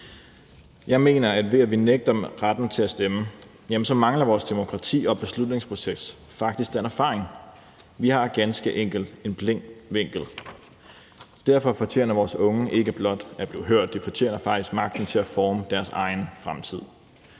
Jeg mener, at det, at vi nægter dem retten til at stemme, betyder, at vores demokrati og beslutningsproces faktisk mangler den erfaring. Vi har ganske enkelt en blind vinkel. Derfor fortjener vores unge ikke blot at blive hørt, de fortjener faktisk magten til at forme deres egen fremtid.